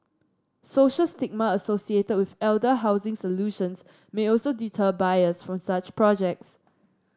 social stigma associated with elder housing solutions may also deter buyers from such projects